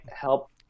help